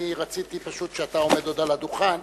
אני רציתי פשוט כשאתה עוד עומד על הדוכן,